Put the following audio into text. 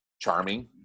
charming